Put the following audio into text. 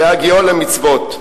הגיע למצוות.